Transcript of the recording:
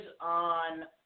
on